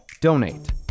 donate